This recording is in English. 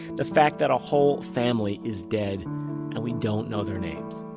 the fact that a whole family is dead and we don't know their names